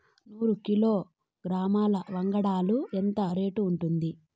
నూరు కిలోగ్రాముల వంగడాలు ఎంత రేటు ఉంటుంది?